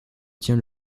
tient